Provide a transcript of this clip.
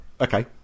okay